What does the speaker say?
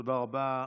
תודה רבה.